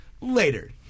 Later